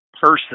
person